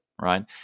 right